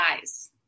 eyes